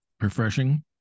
refreshing